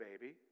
baby